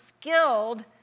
skilled